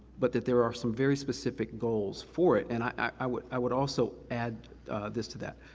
but that there are some very specific goals for it. and i would i would also add this to that,